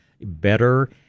better